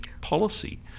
policy